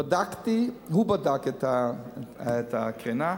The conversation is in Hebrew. הוא בדק את הקרינה,